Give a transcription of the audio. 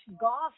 Golf